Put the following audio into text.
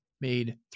made